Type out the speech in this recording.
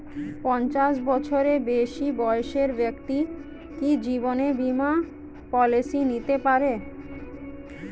পঞ্চাশ বছরের বেশি বয়সের ব্যক্তি কি জীবন বীমা পলিসি নিতে পারে?